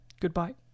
Goodbye